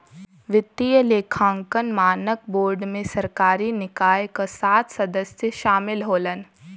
वित्तीय लेखांकन मानक बोर्ड में सरकारी निकाय क सात सदस्य शामिल होलन